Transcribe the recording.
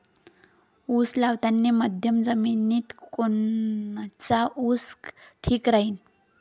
उस लावतानी मध्यम जमिनीत कोनचा ऊस ठीक राहीन?